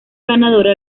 ganadora